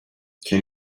can